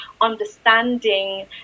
understanding